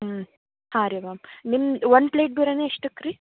ಹ್ಞೂ ಹಾಂ ರೀ ಮ್ಯಾಮ್ ನಿಮ್ಮ ಒಂದು ಪ್ಲೇಟ್ ಬಿರ್ಯಾನಿ ಎಷ್ಟಕ್ಕೆ ರೀ